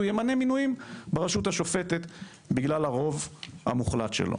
הוא ימנה מינויים ברשות השופטת בגלל הרוב המוחלט שלו.